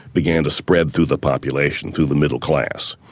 began to spread through the population, through the middle class.